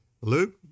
Luke